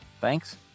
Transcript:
Thanks